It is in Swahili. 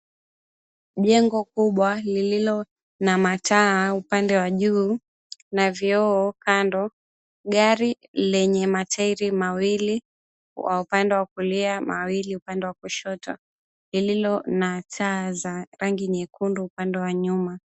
Jengo kubwa, lililo na mataa upande wa juu na vioo kando, gari lenye matairi mawili wa upande wa kulia, mawili upande wa kushoto, lililo na taa za rangi nyekundu upande wa nyuma.